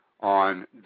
on